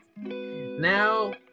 Now